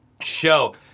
show